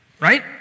Right